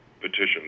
petitions